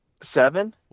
seven